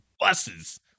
Buses